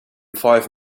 five